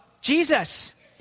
Jesus